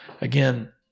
Again